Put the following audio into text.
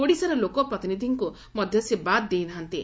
ଓଡ଼ିଶାର ଲୋକପ୍ରତିନିଧକ୍କୁ ମଧ୍ଧ ସେ ବାଦ ଦେଇନାହାନ୍ତି